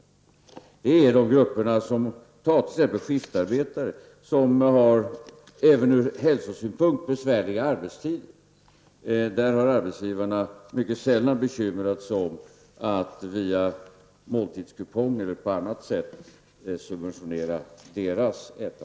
Det gäller de grupper, t.ex. skiftarbetare, som även ur hälsosynpunkt har besvärliga arbetstider. Arbetsgivaren bekymrar sig mycket sällan om att genom måltidskuponger eller på annat sätt subventionera måltiderna.